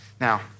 Now